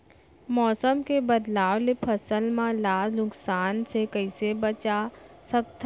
मौसम के बदलाव ले फसल मन ला नुकसान से कइसे बचा सकथन?